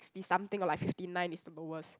-ty or like fifty nine is the lowest